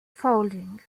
folding